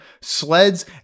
sleds